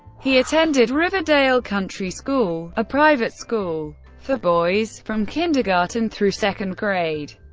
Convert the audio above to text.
he attended riverdale country school a private school for boys from kindergarten through second grade.